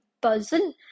buzzing